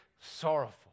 sorrowful